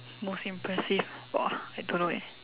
most impressive !wah! I don't know eh